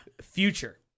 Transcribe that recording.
Future